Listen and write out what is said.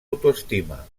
autoestima